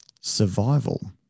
survival